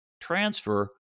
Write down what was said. transfer